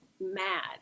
mad